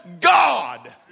god